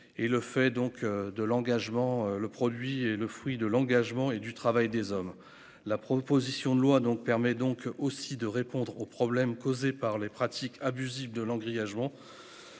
Et le fait donc de l'engagement. Le produit est le fruit de l'engagement et du travail des hommes. La proposition de loi donc, permet donc aussi de répondre aux problèmes causés par les pratiques abusives de l'engrais